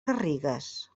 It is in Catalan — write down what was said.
garrigues